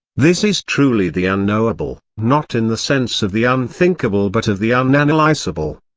this is truly the unknowable, not in the sense of the unthinkable but of the um unanalysable.